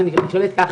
אני שואלת ככה,